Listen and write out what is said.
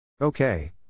Okay